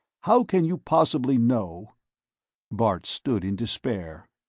how can you possibly know bart stood in despair.